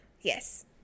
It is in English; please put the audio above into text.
yes